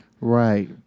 Right